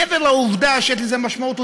מעבר לעובדה שיש לזה משמעות אוניברסלית,